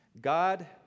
God